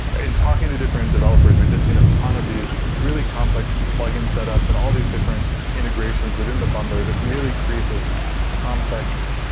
ah in talking to different developers, we've just seen a ton of these really complex plug-in setups and all these different integrations within the bundler that really create this complex,